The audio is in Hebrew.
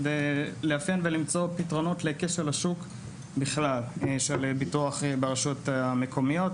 כדי לאפיין ולמצוא פתרונות לכשל השוק של ביטוח ברשויות המקומיות בכלל.